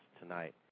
tonight